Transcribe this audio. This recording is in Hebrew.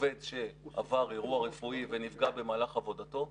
עובד שעבר אירוע רפואי ונפגע במהלך עבודתו,